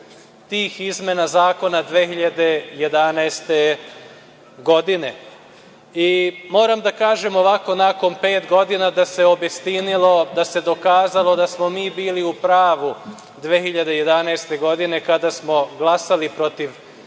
tih izmena zakona 2011. godine. Moram da kažem nakon pet godina da se obistinilo, da se dokazalo da smo mi bili u pravu 2011. godine, kada smo glasali protiv